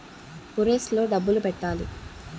Purse లో డబ్బులు పెట్టలా?